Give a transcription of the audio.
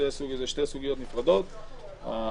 צריך